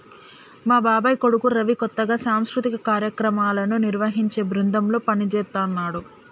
మా బాబాయ్ కొడుకు రవి కొత్తగా సాంస్కృతిక కార్యక్రమాలను నిర్వహించే బృందంలో పనిజేత్తన్నాడు